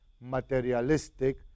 materialistic